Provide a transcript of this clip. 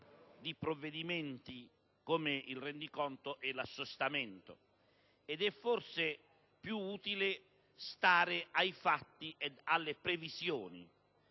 di provvedimenti come il rendiconto e l'assestamento. Forse è più utile stare ai fatti ed alle previsioni,